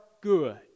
good